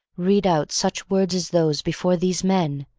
read out such words as those before these men!